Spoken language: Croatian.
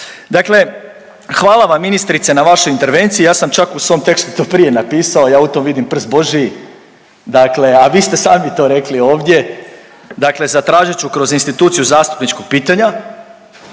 Dakle, hvala vam ministrice na vašoj intervenciji. Ja sam čak u svom tekstu to prije napisao, ja u tome vidim prst božji, dakle a vi ste sami to rekli ovdje. Dakle, zatražit ću kroz instituciju zastupničkog pitanja